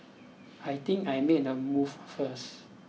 I think I make a move first